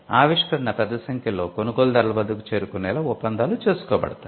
ఆవిష్కరణ పెద్ద సంఖ్యలో కొనుగోలుదారుల వద్దకు చేరుకునేలా ఒప్పందాలు చేసుకోబడుతాయి